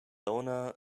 owner